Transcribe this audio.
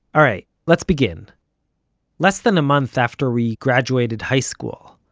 alright, let's begin less than a month after we graduated high school,